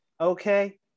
okay